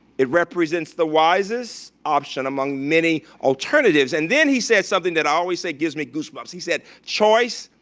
it represents the wisest option among many alternatives, and then he says something that i always say gives me goosebumps, he said, choice,